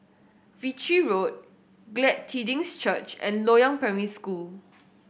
Ritchie Road Glad Tidings Church and Loyang Primary School